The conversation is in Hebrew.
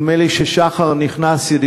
נדמה לי שנכנס שחר,